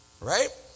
Right